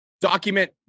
document